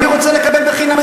אני רוצה לקבל בחינם,